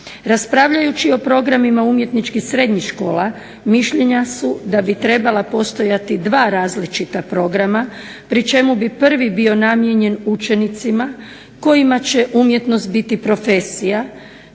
Raspravljajući o programima umjetničkih srednjih škola mišljenja su da bi trebala postojati dva različita programa pri čemu bi prvi bio namijenjen učenicima kojima će umjetnost biti profesija